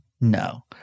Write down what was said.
no